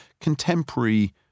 contemporary